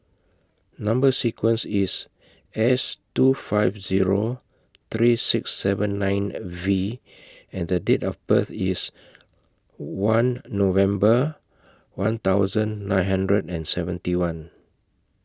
Number sequence IS S two five Zero three six seven nine V and The Date of birth IS one November one thousand nine hundred and seventy one